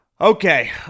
Okay